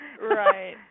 Right